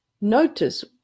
notice